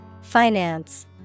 Finance